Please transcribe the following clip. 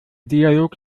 dialog